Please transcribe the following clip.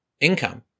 income